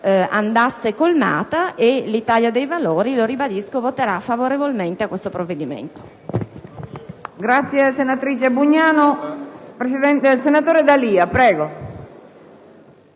andasse colmata, per cui l'Italia dei Valori voterà favorevolmente a questo provvedimento.